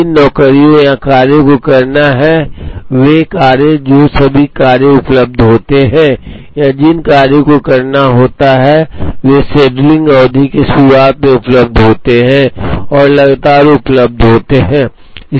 जिन नौकरियों या कार्यों को करना होता है वे कार्य जो सभी कार्य उपलब्ध होते हैं या जिन कार्यों को करना होता है वे शेड्यूलिंग अवधि की शुरुआत में उपलब्ध होते हैं और लगातार उपलब्ध होते हैं